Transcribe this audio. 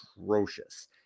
atrocious